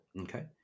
Okay